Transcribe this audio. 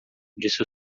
disse